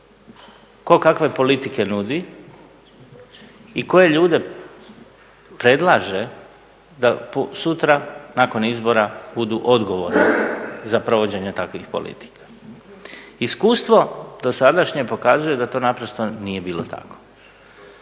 tko kakve politike nudi i koje ljude predlaže da sutra nakon izbora budu odgovorni za provođenje takvih politika. Iskustvo dosadašnje pokazuje da to naprosto nije bilo tako.